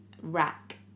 rack